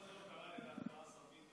למה לדעתך זה לא קרה, השר ביטון?